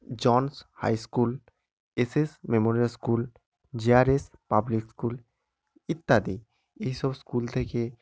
Jones high school S S memorial school JRS public school ইত্যাদি এই সব স্কুল থেকে